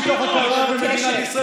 מתוך הכרה במדינת ישראל,